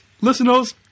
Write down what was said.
listeners